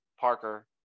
Parker